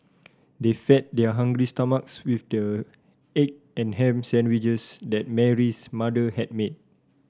they fed their hungry stomachs with the egg and ham sandwiches that Mary's mother had made